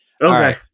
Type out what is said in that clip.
Okay